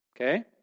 Okay